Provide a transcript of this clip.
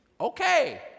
okay